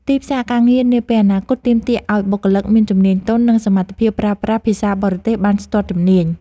ទីផ្សារការងារនាពេលបច្ចុប្បន្នទាមទារឱ្យបុគ្គលិកមានជំនាញទន់ និងសមត្ថភាពប្រើប្រាស់ភាសាបរទេសបានស្ទាត់ជំនាញ។